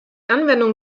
anwendung